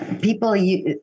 People